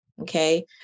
okay